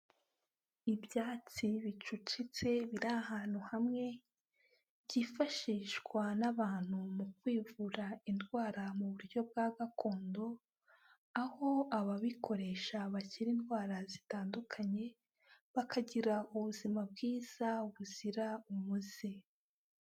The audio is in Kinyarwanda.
Ibyatsi bicucitse biri ahantu hamwe, byifashishwa n'abantu mu kwivura indwara mu buryo bwa gakondo, aho ababikoresha bakira indwara zitandukanye, bakagira ubuzima bwiza buzira umuze.